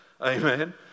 Amen